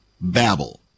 babble